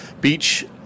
Beach